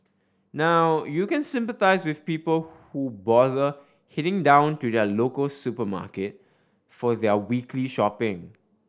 now you can sympathise with people who bother heading down to the local supermarket for their weekly shopping